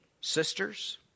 sisters